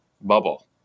bubble